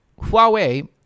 Huawei